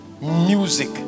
music